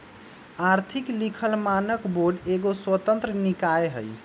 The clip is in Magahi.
आर्थिक लिखल मानक बोर्ड एगो स्वतंत्र निकाय हइ